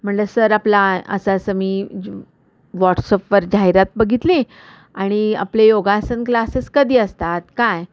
म्हणलं सर आपला असं असं मी व्हॉट्सअपवर जाहिरात बघितली आणि आपले योगासन क्लासेस कधी असतात काय